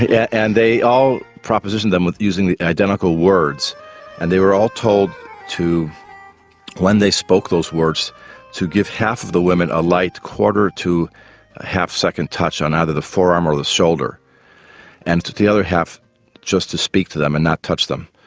yeah and they all propositioned them using the identical words and they were all told to when they spoke those words to give half of the women a light quarter to half second touch on either the forearm or the shoulder and to to the other half just to speak to them and not touch them.